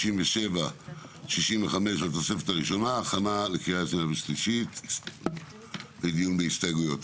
65 והתוספת הראשונה- הכנה לקריאה שניה ושלישית ודיון בהסתייגויות.